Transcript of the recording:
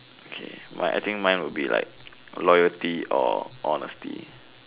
okay but I think mine will be like loyalty or honesty